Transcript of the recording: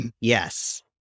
Yes